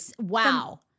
wow